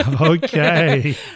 okay